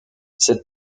cette